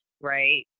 right